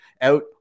out